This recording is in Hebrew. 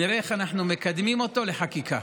נראה איך אנחנו מקדמים אותו לחקיקה.